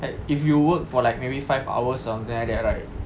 like if you work for like maybe five hours something like that right